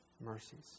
mercies